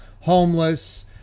homeless